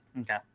Okay